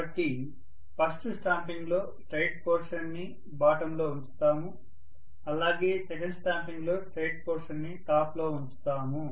కాబట్టి first stamping లో straight portion ని బాటమ్ లో ఉంచుతాము అలాగే సెకండ్ స్టాంపింగ్ లో స్ట్రెయిట్ పోర్షన్ ని టాప్ లో ఉంచుతాము